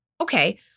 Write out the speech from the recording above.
okay